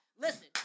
Listen